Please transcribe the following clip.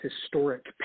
historic